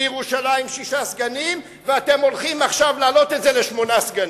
בירושלים שישה סגנים ואתם הולכים עכשיו להעלות את זה לשמונה סגנים.